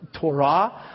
Torah